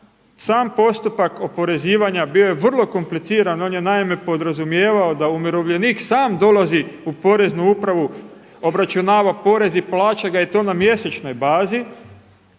Sam postupak oporezivanja bio je vrlo kompliciran, on je naime podrazumijevao da umirovljenik sam dolazi u poreznu upravu, obračunava porez i plaća ga i to na mjesečnoj bazi.